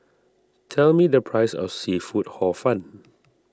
tell me the price of Seafood Hor Fun